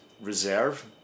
Reserve